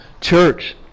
church